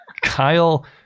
kyle